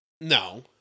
No